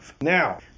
now